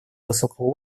высокого